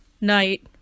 night